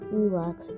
relax